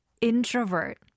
introvert